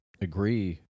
agree